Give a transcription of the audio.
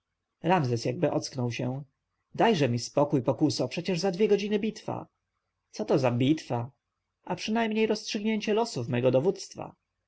ramzes jakby ocknął się dajże mi spokój pokuso przecież za dwie godziny bitwa co to za bitwa a przynajmniej rozstrzygnięcie losów mego dowództwa